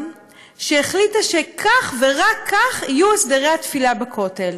שהחליטה שכך ורק כך יהיו הסדרי התפילה בכותל.